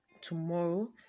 tomorrow